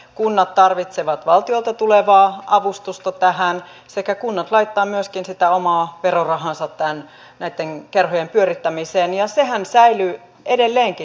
kunnat tarvitsevat valtiolta tulevaa avustusta tähän sekä kunnat laittavat myöskin sitä omaa verorahaansa näitten kerhojen pyörittämiseen ja sehän säilyy edelleenkin